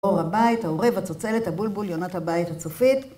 אור הבית, העורב, הצוצלת, הבולבול, יונת הבית הצופית.